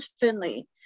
Finley